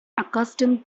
accustomed